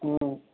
हुँ